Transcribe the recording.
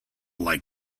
like